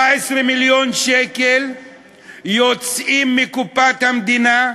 17 מיליון שקל יוצאים מקופת המדינה,